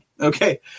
Okay